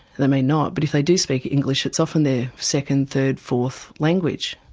they may not, but if they do speak english it's often their second, third, fourth language.